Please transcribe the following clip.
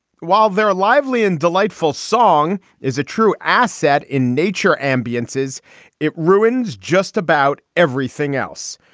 while they're lively and delightful song is a true asset in nature. ambiance is it ruins just about everything else.